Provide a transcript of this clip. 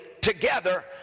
together